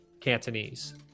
Cantonese